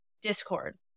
discord